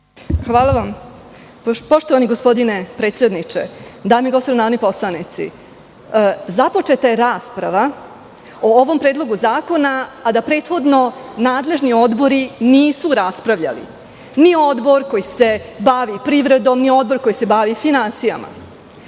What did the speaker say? **Judita Popović** Gospodine predsedniče, dame i gospodo narodni poslanici, započeta je rasprava o ovom predlogu zakona, a da prethodno nadležni odbori nisu raspravljali, ni Odbor koji se bavi privredom, ni Odbor koji se bavi finansijama. Vi